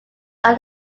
are